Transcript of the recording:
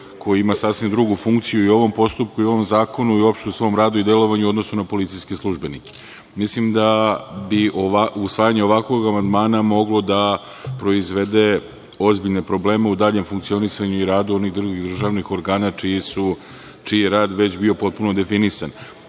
koji ima sasvim drugu funkciju u ovom postupku, u ovom zakonu i u opšte u svom radu i delovanju u odnosu na policijske službenike. Mislim da bi usvajanje ovakvog amandmana moglo da proizvede ozbiljne probleme u daljem funkcionisanju i radu drugih državnih organa čiji je rad bio već potpuno definisan. Mislim